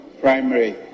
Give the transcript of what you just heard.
primary